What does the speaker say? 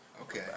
Okay